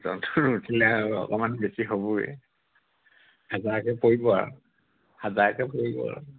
জন্তুত উঠিলে আৰু অকণমান বেছি হ'বই হাজাৰকৈ পৰিব আৰু হাজাৰকৈ পৰিব আৰু